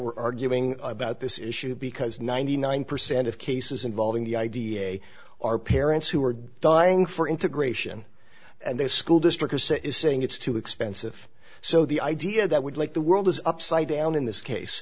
we're arguing about this issue because ninety nine percent of cases involving the idea are parents who are dying for integration and they school district is saying it's too expensive so the idea that would like the world is upside down in this